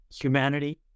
humanity